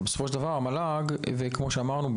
וכמו שאמרנו,